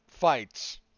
fights